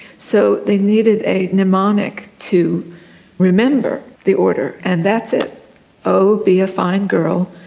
so they needed a mnemonic to remember the order, and that's it oh, be a fine girl,